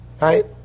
Right